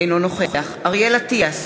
אינו נוכח אריאל אטיאס,